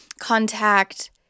contact